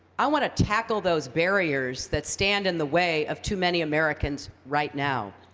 i want to tackle those barriers that stand in the way of too many americans right now.